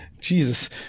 Jesus